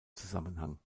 zusammenhang